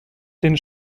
den